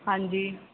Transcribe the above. ਹਾਂਜੀ